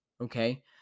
okay